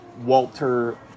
Walter